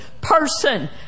person